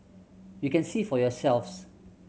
you can see for yourselves